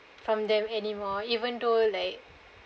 from them anymore even though like